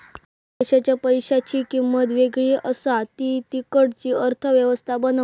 प्रत्येक देशाच्या पैशांची किंमत वेगळी असा ती तिकडची अर्थ व्यवस्था बनवता